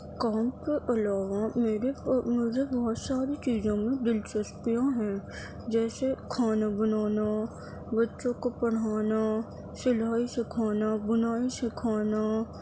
کام کے علاوہ میری مجھے بہت ساری چیزوں میں دلچسپیاں ہیں کھانا بنانا بچوں کو پڑھانا سلائی سکھانا بنائی سکھانا